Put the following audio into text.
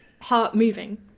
heart-moving